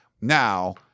now